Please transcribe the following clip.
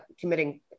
committing